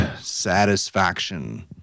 satisfaction